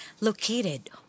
located